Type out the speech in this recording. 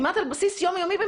על בסיס יומיומי,